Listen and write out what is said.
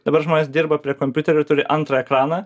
dabar žmonės dirba prie kompiuterių turi antrą ekraną